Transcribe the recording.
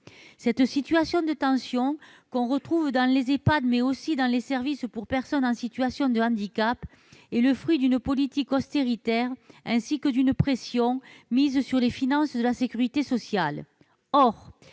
Cette situation de tension, que l'on retrouve dans les Ehpad, mais aussi dans les services accueillant des personnes en situation de handicap, est le fruit d'une politique austéritaire ainsi que d'une pression mise sur les finances de la sécurité sociale.